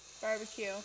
barbecue